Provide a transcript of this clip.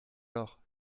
alors